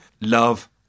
love